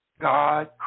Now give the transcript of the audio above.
God